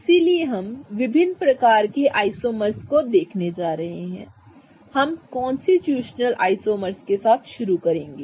इसलिए हम विभिन्न प्रकार के आइसोमर्स को देखने जा रहे हैं हम कॉन्स्टिट्यूशनल आइसोमर्स के साथ शुरू करने जा रहे हैं